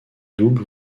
double